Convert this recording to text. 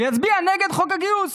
ויצביע נגד חוק הגיוס,